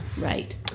right